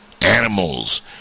animals